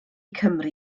cymru